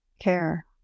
care